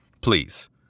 Please